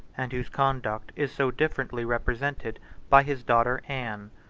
and whose conduct is so differently represented by his daughter anne,